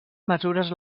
mesures